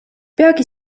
peagi